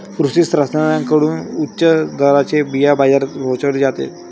कृषी शास्त्रज्ञांकडून उच्च दर्जाचे बिया बाजारात पोहोचवले जाते